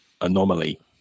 anomaly